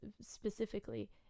specifically